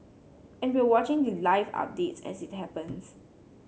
and we're watching the live updates as it happens